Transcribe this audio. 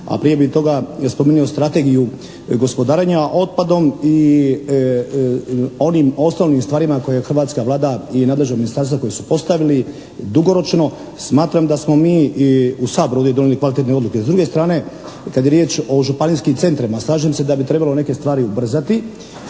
a prije bi toga spomenuo strategiju gospodarenja otpadom i onim osnovnim stvarima koje je hrvatska Vlada i nadležno Ministarstvo koje su postavili dugoročno smatram da smo mi i u Saboru ovdje donijeli kvalitetne odluke. S druge strane kad je riječ o županijskim centrima slažem se da bi trebalo neke stvari ubrzati